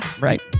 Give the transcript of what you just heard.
Right